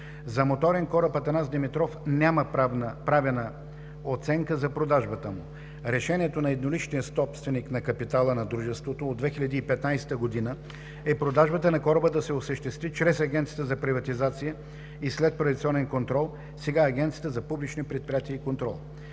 За моторен кораб „Атанас Димитров“ няма правена оценка за продажбата му. Решението на едноличния собственик на капитала на дружеството от 2015 г. е продажбата на кораба да се осъществи чрез Агенцията за приватизация и следприватизационен контрол, сега Агенция за публичните предприятия и контрол.